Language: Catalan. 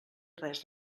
res